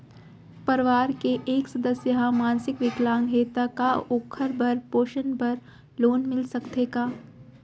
परवार के एक सदस्य हा मानसिक विकलांग हे त का वोकर भरण पोषण बर लोन मिलिस सकथे का?